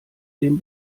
dem